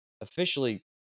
officially